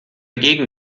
gegen